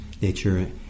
Nature